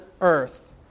earth